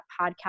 podcast